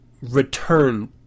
return